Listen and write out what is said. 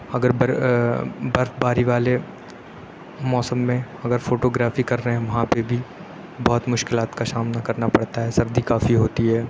اگر بر برف باری والے موسم میں اگر فوٹوگرافی کر رہے ہیں وہاں پہ بھی بہت مشکلات کا سامنا کرنا پڑتا ہے سردی کافی ہوتی ہے